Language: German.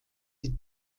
die